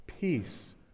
Peace